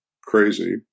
crazy